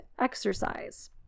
exercise